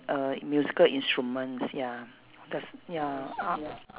err musical instruments ya cause ya uh